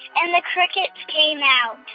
and the crickets came out